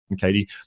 Katie